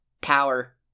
power